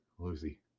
Lucy